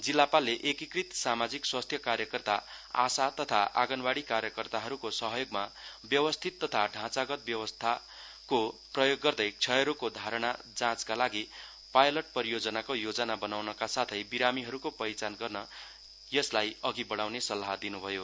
जिल्लापालले एकीकृत सामाजिक स्वास्थ्य कार्यकर्ता आशा तथा आगनवाडी कार्यकर्ताहरूको सहयोगमा व्यवस्थित तथा ढाँचागत व्यवस्थाको प्रयोग गर्दै क्षयरोगको साधारण जाँचका लागि पायलट परियोजनाको योजना बनाउनका साथै बिरामीहरूको पहिचान गर्न यसलाई अघि बढ़ाउने सल्लाह दिनुभयो